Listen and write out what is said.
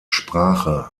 sprache